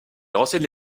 renseigne